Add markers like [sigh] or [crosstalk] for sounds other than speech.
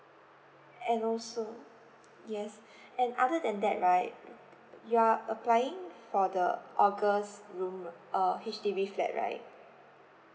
and also yes [breath] and other than that right [noise] you're applying for the august loan err H_D_B flat right